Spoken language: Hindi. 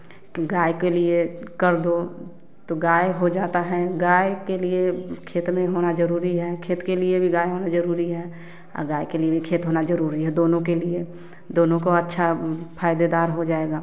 कि गाय के लिए कर दो तो गाय हो जाता है गाय के लिए खेत में होना ज़रूरी है खेल के लिए गाय होना ज़रूरी है अ गाय के लिए भी खेत होना ज़रूरी है दोनों के लिए दोनों को अच्छा फ़ायदे दार हो जाएगा